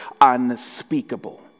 unspeakable